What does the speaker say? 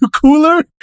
cooler